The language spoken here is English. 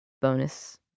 bonus